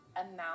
amount